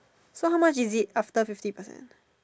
so how much is it after fifty percent